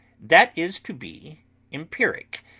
that is to be empiric.